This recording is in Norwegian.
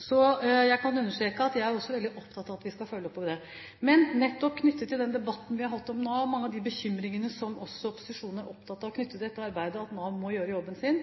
Så jeg kan understreke at jeg er også veldig opptatt av at vi skal følge opp det. Men nettopp knyttet til den debatten vi har hatt om Nav, og mange av de bekymringene som også opposisjonen er opptatt av knyttet til dette arbeidet, at Nav må gjøre jobben sin,